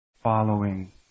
following